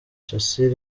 shassir